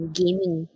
gaming